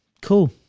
Cool